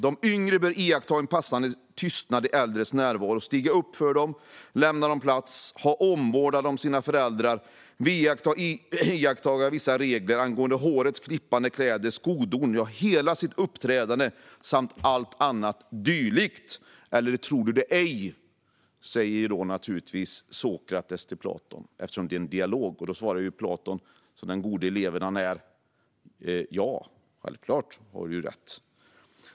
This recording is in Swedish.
De yngre bör iaktta en passande tystnad i äldres närvaro, stiga upp för dem, lämna dem plats, ha omvårdnad om sina föräldrar, iaktta vissa regler angående hårets klippande, kläder, skodon, hela sitt uppträdande samt allt annat dylikt. Så säger Sokrates till Platon. Eftersom det är en dialog svarar Platon, som den gode elev han är, följande: Ja, självklart har du rätt.